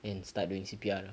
and start doing C_P_R lah